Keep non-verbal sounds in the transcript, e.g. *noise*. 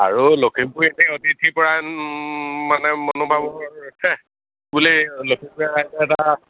আৰু লখিমপুৰ এনে অতিথি পৰায়ন মানে মনোভাৱ *unintelligible* বুলি লখিমপুৰিয়া ৰাইজে এটা